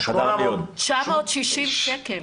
960 שקל.